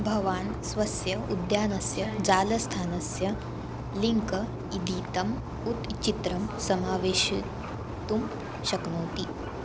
भवान् स्वस्य उद्यानस्य जालस्थानस्य लिङ्क् इदीतम् उत चित्रं समावेशयितुं शक्नोति